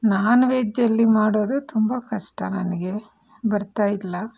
ನಾನ್ವೆಜ್ಜಲ್ಲಿ ಮಾಡೋದು ತುಂಬ ಕಷ್ಟ ನನಗೆ ಬರ್ತಾ ಇಲ್ಲ